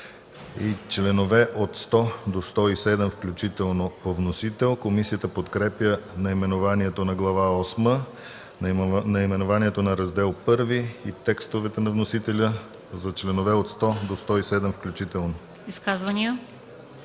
и членове от 100 до 107 включително по вносител – комисията подкрепя наименованието на Глава осма, наименованието на Раздел І и текстовете на вносителя за членове от 100 до 107 включително. ПРЕДСЕДАТЕЛ